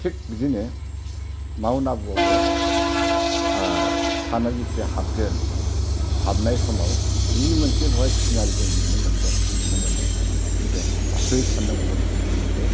थिक बिदिनो माउण्ट आबुआवबो सानआ जितिया हाबगोन हाबनाय समाव जि मोनसे बावहाय सिनारि जों नुनो मोन्दो नुनो मोनो नैबे आसुरित साननांगौलागिया जे